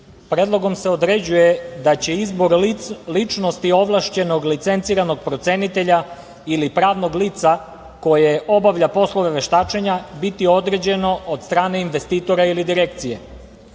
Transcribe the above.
briše. Predlogom se određuje da će izbor ličnosti ovlašćenog licenciranog procenitelja ili pravnog lica koje obavlja poslove veštačenja biti određeno od strane investitora ili direkcije. Ovim